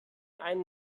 ein